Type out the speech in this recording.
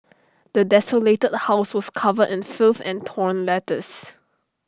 the desolated house was covered in filth and torn letters